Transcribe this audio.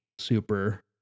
super